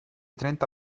trenta